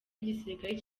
igisirikare